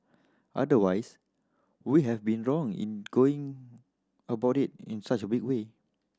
otherwise we have been wrong in going about it in such big way